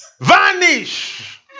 vanish